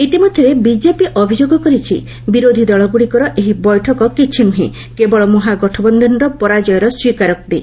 ଇତିମଧ୍ୟରେ ବିଜେପି ଅଭିଯୋଗ କରିଛି ବିରୋଧୀ ଦଳଗୁଡ଼ିକର ଏହି ବୈଠକ କିଛି ନୁହେଁ କେବଳ ମହାଗଠବନ୍ଧନର ପରାଜୟର ସ୍ୱୀକାରୋକ୍ତି